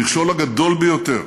המכשול הגדול ביותר